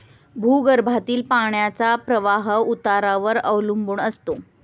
भूगर्भातील पाण्याचा प्रवाह उतारावर अवलंबून असतो